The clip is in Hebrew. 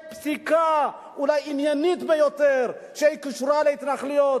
פסיקה אולי עניינית ביותר שקשורה להתנחלויות,